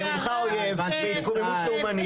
התקוממות לאומנית,